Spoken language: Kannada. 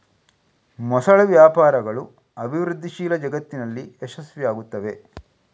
ಮೊಸಳೆ ವ್ಯಾಪಾರಗಳು ಅಭಿವೃದ್ಧಿಶೀಲ ಜಗತ್ತಿನಲ್ಲಿ ಯಶಸ್ವಿಯಾಗುತ್ತವೆ